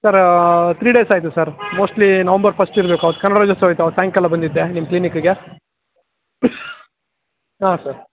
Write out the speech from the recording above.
sir three days ಆಯಿತು sir mostly November first ಇರಬೇಕು ಅವತ್ತು ಕನ್ನಡ ರಾಜ್ಯೋತ್ಸವ ಇತ್ತು ಅವತ್ತು ಸಾಯಂಕಾಲ ಬಂದಿದ್ದೆ ನಿಮ್ಮ ಕ್ಲಿನಿಕ್ಕಿಗೆ ಹಾಂ ಸರ್